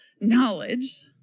knowledge